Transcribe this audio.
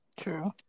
true